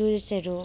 टुरिस्टहरू